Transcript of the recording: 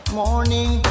morning